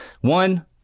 One